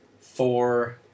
four